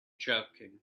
joking